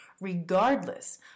regardless